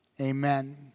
Amen